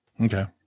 Okay